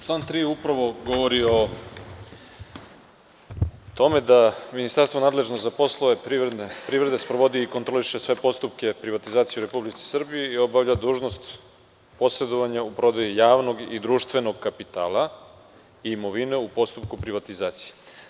Član 3. upravo govori o tome da ministarstvo nadležno za poslove privrede sprovodi i kontroliše sve postupke privatizacije u Republici Srbiji i obavlja dužnost posredovanja u prodaji javnog i društvenog kapitala, imovine, u postupku privatizacije.